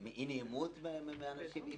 השאלה היא אם זה בגלל אי נעימות מאנשים אם